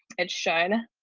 it should.